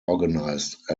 organized